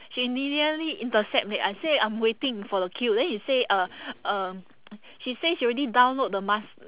she immediately intercept that I say I'm waiting for the queue then she say uh um she say she already download the mas~